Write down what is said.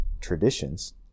traditions